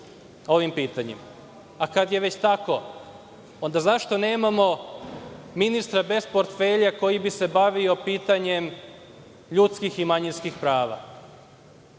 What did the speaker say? ovim pitanjima? Kada je već tako, zašto onda nemamo ministra bez portfelja koji bi se bavio pitanjem ljudskih i manjinskih prava?